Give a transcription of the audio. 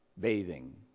bathing